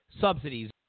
subsidies